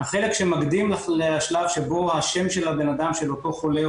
החלק שמקדים לשלב שבו השם של אותו חולה,